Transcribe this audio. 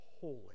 holy